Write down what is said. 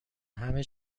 همه